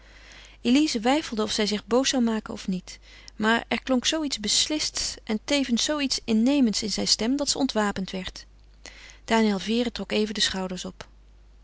elize weifelde of zij zich boos zou maken of niet maar er klonk zoo iets beslists en tevens zoo iets innemends in zijn stem dat ze ontwapend werd daniël vere trok even de schouders op